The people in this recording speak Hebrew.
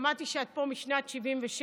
שמעתי שאת פה משנת 1977,